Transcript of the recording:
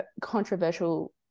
controversial